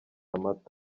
amata